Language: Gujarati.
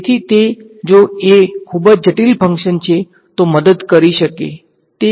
તેથી તેથી તે જો ખૂબ જ જટિલ ફંક્શન છે તો મદદ કરી શકે તે